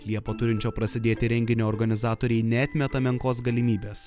liepą turinčio prasidėti renginio organizatoriai neatmeta menkos galimybės